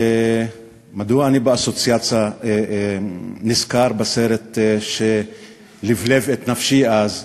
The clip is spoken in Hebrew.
מדוע אני באסוציאציה נזכר בסרט שלבלב את נפשי אז?